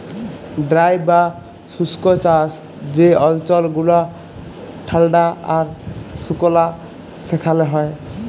dry বা শুস্ক চাষ যে অল্চল গুলা ঠাল্ডা আর সুকলা সেখালে হ্যয়